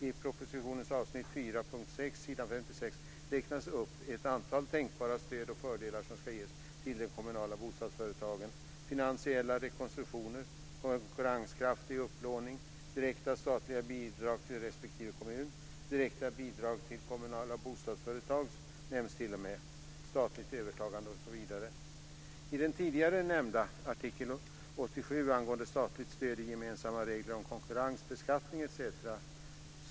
I propositionens avsnitt 4.6, s. 56 räknas upp ett antal tänkbara stöd och fördelar som ska ges till de kommunala bostadsföretagen: finansiella rekonstruktioner, konkurrenskraftig upplåning, direkta statliga bidrag till respektive kommun, t.o.m. direkta bidrag till kommunala bostadsföretag, statligt övertagande osv. I den tidigare nämnda artikel 87 angående statligt stöd i Gemensamma regler om konkurrens, beskattning etc.